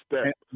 step